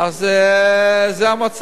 אז זה המצב.